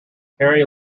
harry